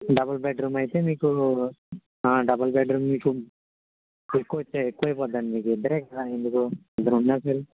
double bedroom అయితే మీకు double bedroom మీకు ఎక్కువ అయిపోతుంది అండి మీకు ఇద్దరే కదా ఎందుకు ఇద్దరు ఉండటానికి